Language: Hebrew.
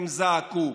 הם זעקו,